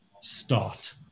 start